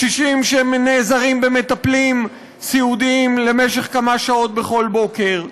קשישים שנעזרים במטפלים סיעודיים למשך כמה שעות בכל בוקר.